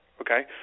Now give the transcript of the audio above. okay